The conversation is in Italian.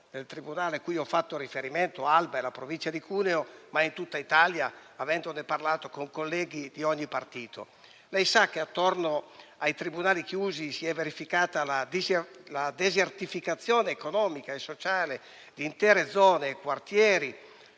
nel tribunale cui ho fatto riferimento, Alba, in provincia di Cuneo, ma in tutta Italia, avendone parlato con colleghi di ogni partito. Lei sa che attorno ai tribunali chiusi e alle sedi soppresse si è verificata la desertificazione economica e sociale di intere zone, quartieri,